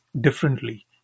differently